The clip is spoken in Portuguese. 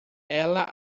ela